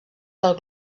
del